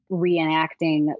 reenacting